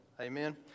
amen